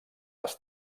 les